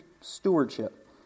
stewardship